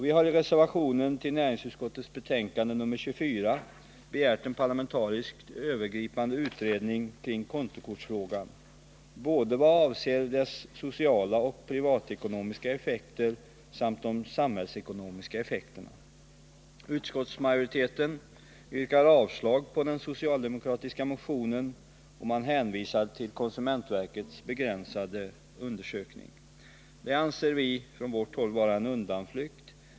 Vi har i reservationen till näringsutskottets betänkande nr 24 begärt en parlamentarisk övergripande utredning kring kontokortsfrågan vad avser de sociala, privatekonomiska och samhällsekonomiska effekterna. Utskottsmajoriteten avstyrker den socialdemokratiska motionen och hänvisar till konsumentverkets begränsade undersökning. Det anser vi vara en undanflykt.